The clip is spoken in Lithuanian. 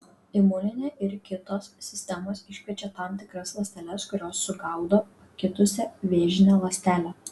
imuninė ir kitos sistemos iškviečia tam tikras ląsteles kurios sugaudo pakitusią vėžinę ląstelę